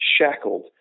shackled